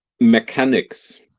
mechanics